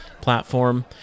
platform